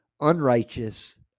unrighteous